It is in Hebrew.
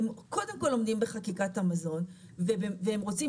הם קודם כל עומדים בחקיקת המזון והם רוצים